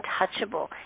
untouchable